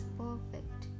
perfect